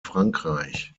frankreich